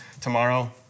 tomorrow